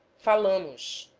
falassemos